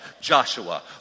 Joshua